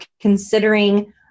considering